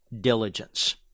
diligence